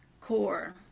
core